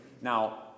Now